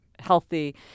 healthy